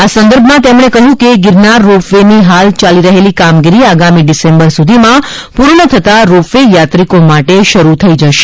આ સંદર્ભમાં તેમણે કહ્યું કે ગિરનાર રોપ વેની હાલ ચાલી રહેલી કામગીરી આગામી ડિસેમ્બર સુધીમાં પૂર્ણ થતા રોપ વે યાત્રિકો માટે શરૂ થઈ જશે